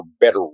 better